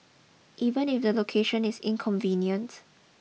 even if the location is inconvenient